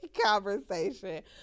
conversation